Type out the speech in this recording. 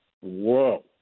Whoa